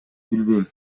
билбейм